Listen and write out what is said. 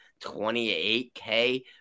28K